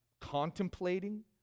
contemplating